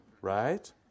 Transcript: right